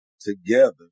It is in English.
together